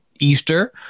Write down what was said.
Easter